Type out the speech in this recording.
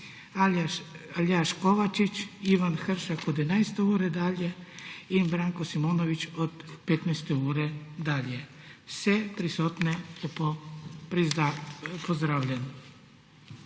Aljaž Kovačič, Ivan Hršak od 11. ure dalje in Branko Simonovič od 15. ure dalje. Vse prisotne lepo pozdravljam!